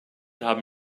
haben